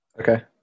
okay